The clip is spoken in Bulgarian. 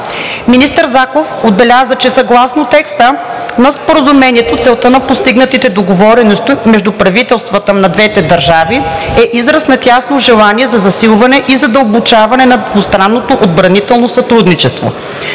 Министър Заков отбеляза, че съгласно текста на Споразумението целта на постигнатите договорености между правителствата на двете държави е израз на тяхното желание за засилване и задълбочаване на двустранното отбранително сътрудничество.